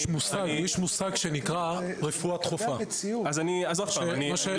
יש מושג שנקרא רפואה דחופה, יש